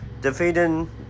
defeating